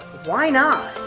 why not?